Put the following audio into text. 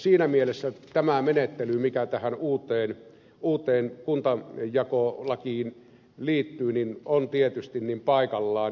siinä mielessä tämä menettely mikä tähän uuteen kuntajakolakiin liittyy on tietysti paikallaan